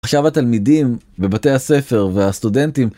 עכשיו התלמידים, בבתי הספר והסטודנטים...